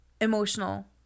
emotional